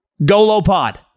Golopod